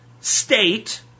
state